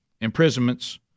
imprisonments